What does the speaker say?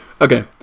Okay